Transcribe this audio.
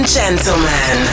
gentlemen